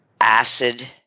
acid